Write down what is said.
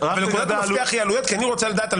נקודת המפתח היא עלויות כי אני רוצה לדעת על